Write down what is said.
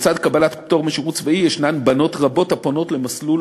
ולצד קבלת פטור משירות צבאי ישנן בנות רבות הפונות למסלול